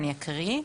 אני אקריא.